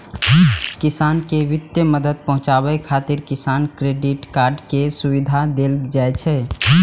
किसान कें वित्तीय मदद पहुंचाबै खातिर किसान क्रेडिट कार्ड के सुविधा देल जाइ छै